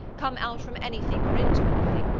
come out from anything or into anything,